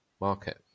market